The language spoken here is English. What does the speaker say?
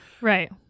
Right